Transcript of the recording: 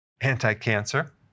anti-cancer